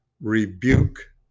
rebuke